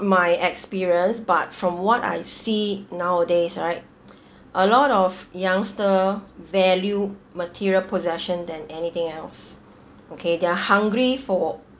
my experience but from what I see nowadays right a lot of youngster valued material possession than anything else okay they are hungry for